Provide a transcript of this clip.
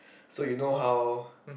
so you know how